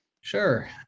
Sure